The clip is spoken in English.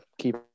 keep